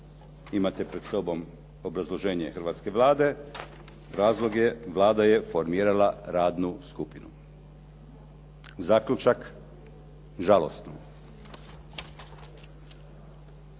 imate pred sobom obrazloženje hrvatske Vlade. Razlog je Vlada je formirala radnu skupinu. Zaključak, žalosno.